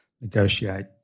negotiate